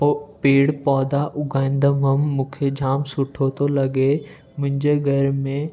पो पेड़ पौधा उगाईंदा हुअमि मूंखे जामु सुठो थो लॻे मुंहिंजे घर में